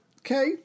Okay